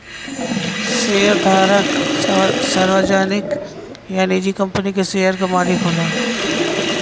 शेयरधारक सार्वजनिक या निजी कंपनी के शेयर क मालिक होला